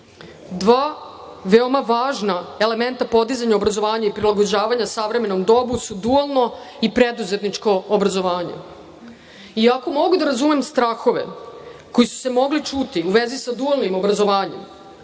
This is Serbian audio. Dva veoma važna elementa podizanja obrazovanja i prilagođavanja savremenom dobu su dualno i preduzetničko obrazovanje. Iako mogu da razumem strahove koji su se mogli čuti u vezi sa dualnim obrazovanjem,